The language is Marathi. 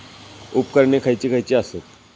उपकरणे खैयची खैयची आसत?